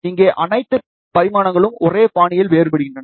இங்கே அனைத்து பரிமாணங்களும் ஒரே பாணியில் வேறுபடுகின்றன